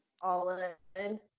All-in